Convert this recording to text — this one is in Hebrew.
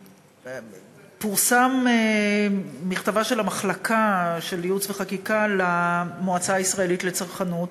פורסם מכתבה של מחלקת ייעוץ וחקיקה למועצה הישראלית לצרכנות.